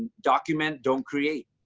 document, don't create.